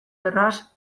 erraz